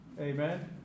Amen